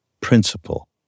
principle